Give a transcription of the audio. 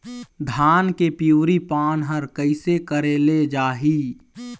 धान के पिवरी पान हर कइसे करेले जाही?